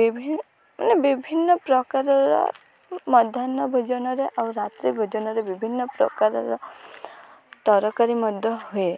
ବିଭି ମାନେ ବିଭିନ୍ନ ପ୍ରକାରର ମଧ୍ୟାହ୍ନ ଭୋଜନରେ ଆଉ ରାତ୍ରି ଭୋଜନରେ ବିଭିନ୍ନ ପ୍ରକାରର ତରକାରୀ ମଧ୍ୟ ହୁଏ